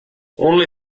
only